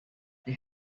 they